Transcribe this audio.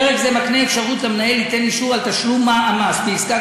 פרק זה מקנה אפשרות למנהל ליתן אישור על תשלום המס בעסקת